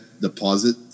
deposit